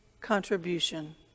contribution